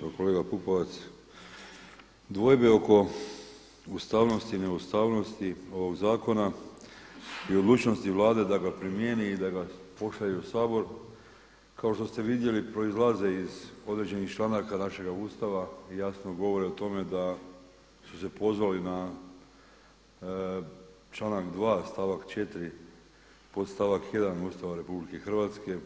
Pa kolega Pupovac, dvojbe oko ustavnosti i neustavnosti ovog zakona i odlučnosti Vlade da ga primijeni i da ga pošalje u Sabor, kao što ste vidjeli proizlaze iz određenih članaka našega Ustava i jasno govore o tome da su se pozvali na članak 2. stavak 4. pod stavak 1. Ustava RH